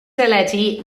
deledu